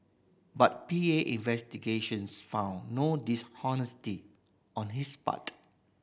but P A investigations found no dishonesty on his part